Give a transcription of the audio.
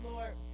Lord